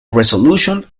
resolutions